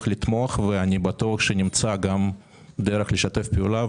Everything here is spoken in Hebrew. לתמוך ואני בוטח שנמצא גם דרך לשתף פעולה.